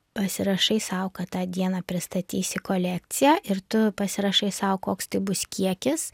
pasirašai sau kad tą dieną pristatysi kolekciją ir tu pasirašai sau koks tai bus kiekis